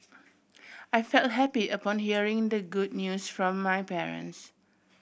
I felt happy upon hearing the good news from my parents